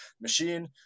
machine